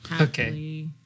Okay